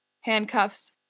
handcuffs